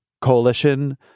coalition